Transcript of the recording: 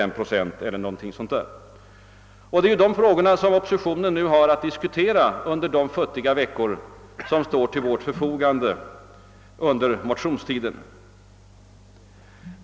Det är sådana frågor som oppositionen har att diskutera under de futtiga veckor som står till dess förfogande under motionstiden.